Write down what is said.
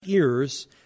ears